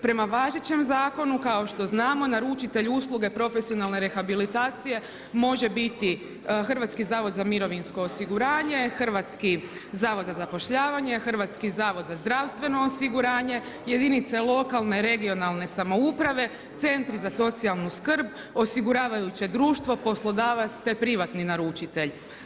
Prema važećem zakonu, kao što znamo, naručitelj usluge profesionalne rehabilitacije može biti Hrvatski zavod za mirovinsko osiguranje, Hrvatski zavod za zapošljavanje, Hrvatski zavod za zdravstveno osiguranje, jedinice lokalne, regionalne samouprave, centri za socijalnu skrb, osiguravajuće društvo, poslodavac te privatni naručitelj.